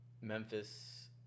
Memphis